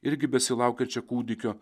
irgi besilaukiančią kūdikio